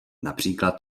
například